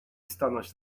stanąć